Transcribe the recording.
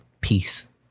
peace